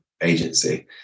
agency